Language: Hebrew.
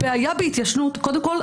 הבעיה בהתיישנות קודם כול,